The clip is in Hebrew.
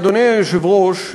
אדוני היושב-ראש,